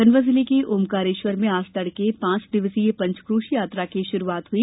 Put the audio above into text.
खंडवा जिले के ओंकारेश्वर में आज तड़के पांच दिवसीय पंचकोशी यात्रा की शुरूआत हई